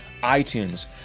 iTunes